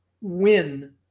win